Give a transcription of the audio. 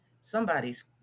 Somebody's